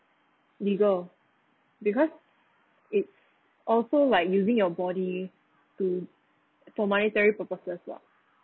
legal because it also like using your body to for monetary purposes [what]